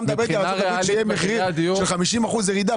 אתה מדבר איתי על ארצות הברית שלהם מחירים של 50% ירידה.